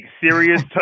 serious